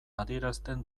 adierazten